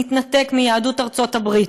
נתנתק מיהדות ארצות הברית,